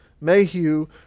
Mayhew